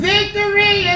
Victory